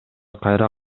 кайра